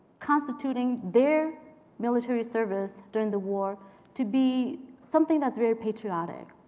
constituting their military service during the war to be something that's very patriotic,